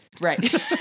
Right